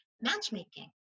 matchmaking